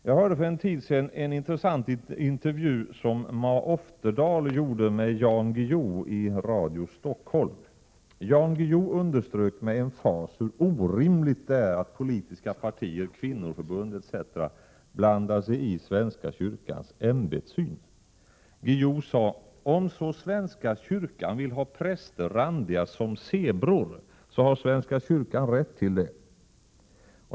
Jag hörde för en tid sedan en intressant intervju som Ma Oftedal gjorde med Jan Guillou i Radio Stockholm. Jan Guillou underströk med emfas hur orimligt det är att politiska partier, kvinnoförbund, etc. blandar sig i svenska kyrkans ämbetssyn. Guillou sade: Om svenska kyrkan så vill ha präster randiga som zebror har svenska kyrkan rätt till det.